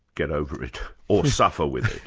get over it. or suffer with it.